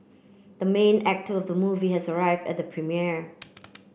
the main actor of the movie has arrived at the premiere